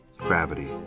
gravity